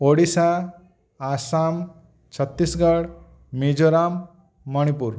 Odisha Assam Chhattisgarh Mizoram Manipur